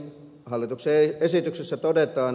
hallituksen esityksessä todetaan